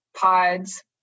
pods